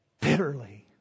bitterly